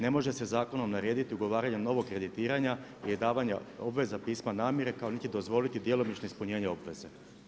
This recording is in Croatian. Ne može se zakonom narediti ugovaranje novog kreditiranja i davanja obveze pisma namjere kao niti dozvoliti djelomično ispunjenje obveze.